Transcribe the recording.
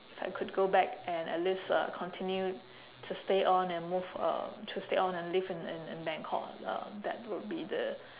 I could go back and at least uh continue to stay on and move uh to stay on and live in in in bangkok uh that would be the